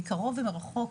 מקרוב ומרחוק.